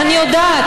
אני יודעת,